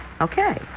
Okay